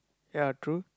ya true